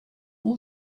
all